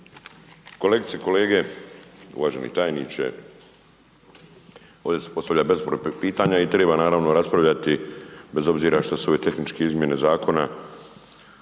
Kolegice i kolege, uvaženi tajniče ovde se postavlja bezbroj pitanja i triba naravno raspravljati bez obzira što su ove tehničke izmjene zakona